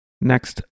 Next